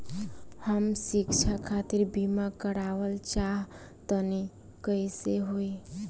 हम शिक्षा खातिर बीमा करावल चाहऽ तनि कइसे होई?